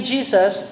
Jesus